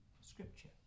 scripture